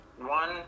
one